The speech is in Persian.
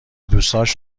دوستاش